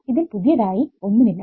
ഇതിൽ പുതിയത് ആയി ഒന്നുമില്ല